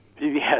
Yes